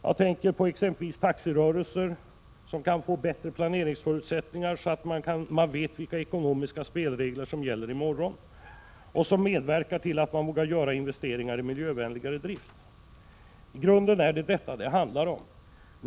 Jag tänker på exempelvis taxirörelser, som kan få bättre planeringsförutsättningar så att de vet vilka ekonomiska spelregler som gäller i morgon och som medverkar till att de vågar göra investeringar i miljövänligare drift. I grunden handlar det om detta.